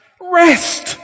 Rest